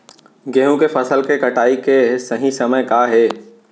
गेहूँ के फसल के कटाई के सही समय का हे?